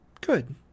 Good